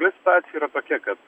jų situacija yra tokia kad